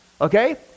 okay